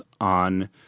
on